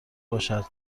باشد